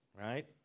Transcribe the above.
right